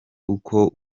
uko